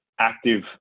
Active